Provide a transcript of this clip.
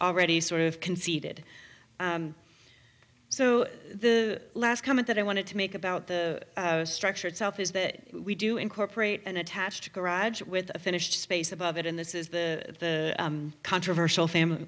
already sort of conceded so the last comment that i wanted to make about the structure itself is that we do incorporate an attached garage with a finished space above it and this is the controversial family